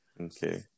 Okay